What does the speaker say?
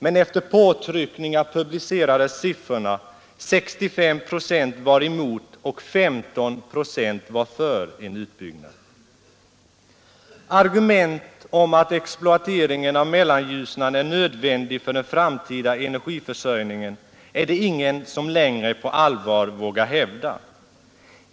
Men efter påtryckningar publicerades siffrorna: 65 procent var emot och 15 procent var för en utbyggnad. Argument om att exploateringen av Mellanljusnan är nödvändig för den framtida energiförsörjningen är det ingen som längre på allvar vågar hävda.